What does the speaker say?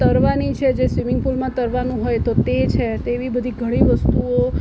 તરવાની છે જે સ્વિમિંગ પુલમાં તરવાનું હોય તો તે છે તેવી બધી ઘણી વસ્તુઓ